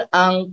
ang